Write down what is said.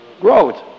Growth